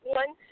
one